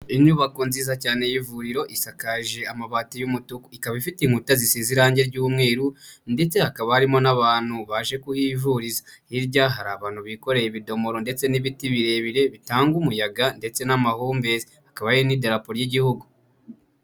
Inyubako nziza cyane y'ivuriro isakaje amabati y'umutuku. Ikaba ifite inkuta zisize irangi ry'umweru ndetse hakaba harimo n'abantu baje kuhivuriza. Hirya hari abantu bikoreye ibidomoro ndetse n'ibiti birebire bitanga umuyaga ndetse n'amahumbezi. Hakaba hari n'Idarapo ry'Igihugu.